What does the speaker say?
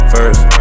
First